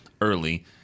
early